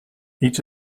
each